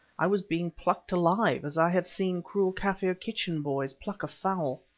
i was being plucked alive, as i have seen cruel kaffir kitchen boys pluck a fowl.